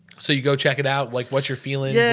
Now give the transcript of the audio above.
so you go check it out. like what's your feeling? yeah